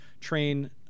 train